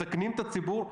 מסכנים את הציבור.